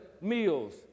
meals